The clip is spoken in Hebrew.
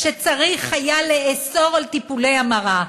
שצריך היה לאסור טיפולי המרה.